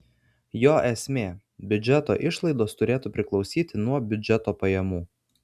jo esmė biudžeto išlaidos turėtų priklausyti nuo biudžeto pajamų